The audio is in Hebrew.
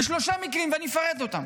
בשלושה מקרים, ואני אפרט אותם: